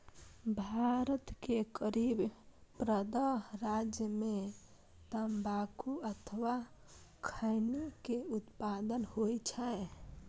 भारत के करीब पंद्रह राज्य मे तंबाकू अथवा खैनी के उत्पादन होइ छै